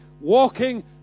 walking